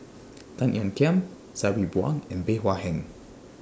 Tan Ean Kiam Sabri Buang and Bey Hua Heng